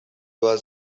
was